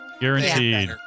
guaranteed